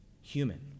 human